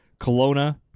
Kelowna